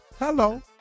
Hello